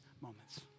moments